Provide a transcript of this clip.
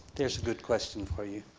there's a good question for you.